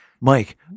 Mike